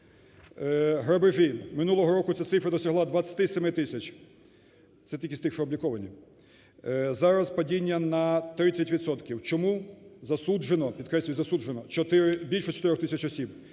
Грабежі. Минулого року ця цифра досягла 27 тисяч. Це тільки з тих, що обліковані. Зараз падіння на 30 відсотків. Чому? Засуджено, підкреслюю, засуджено більше 4 тисяч осіб.